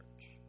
church